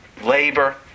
labor